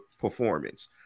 performance